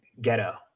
ghetto